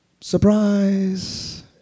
surprise